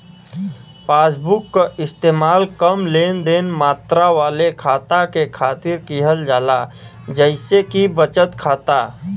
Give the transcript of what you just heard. passbook क इस्तेमाल कम लेनदेन मात्रा वाले खाता के खातिर किहल जाला जइसे कि बचत खाता